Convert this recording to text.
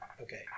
Okay